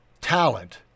talent